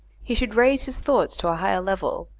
he should raise his thoughts to a higher level,